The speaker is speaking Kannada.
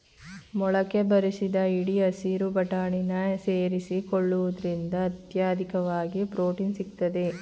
ಮೊಳಕೆ ಬರಿಸಿದ ಹಿಡಿ ಹಸಿರು ಬಟಾಣಿನ ಸೇರಿಸಿಕೊಳ್ಳುವುದ್ರಿಂದ ಅತ್ಯಧಿಕವಾಗಿ ಪ್ರೊಟೀನ್ ಸಿಗ್ತದೆ